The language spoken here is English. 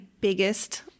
biggest